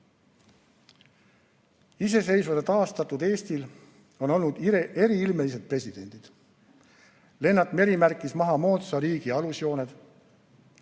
Iseseisvuse taastanud Eestil on olnud eriilmelised presidendid. Lennart Meri märkis maha moodsa riigi alusjooned,